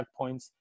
checkpoints